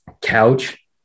Couch